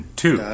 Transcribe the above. two